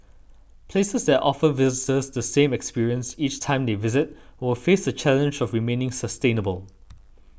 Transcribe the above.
places that offer visitors the same experience each time they visit will face the challenge of remaining sustainable